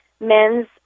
men's